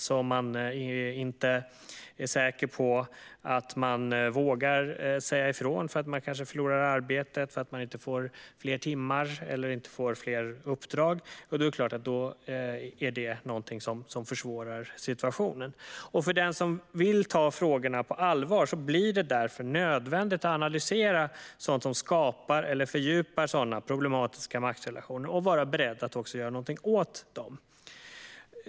Vågar man inte säga ifrån av rädsla för att förlora arbetet eller inte få fler timmar eller uppdrag försvårar det såklart situationen. Vill man ta dessa frågor på allvar är det nödvändigt att analysera sådant som skapar eller fördjupar sådana problematiska maktrelationer och också vara beredd att göra något åt dem.